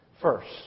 First